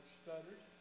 stuttered